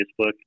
Facebook